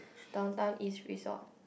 Downtown East resort